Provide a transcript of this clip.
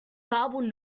garbled